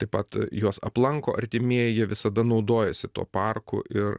taip pat juos aplanko artimieji jie visada naudojasi tuo parku ir